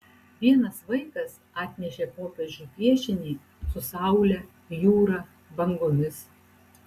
vienas vaikas atnešė popiežiui piešinį su saule jūra bangomis